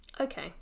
Okay